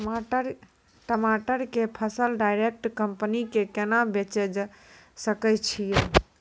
टमाटर के फसल डायरेक्ट कंपनी के केना बेचे सकय छियै?